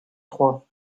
trois